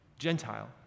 Gentile